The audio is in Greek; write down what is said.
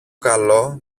καλό